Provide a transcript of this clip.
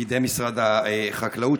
בידי משרד החקלאות.